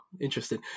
Interesting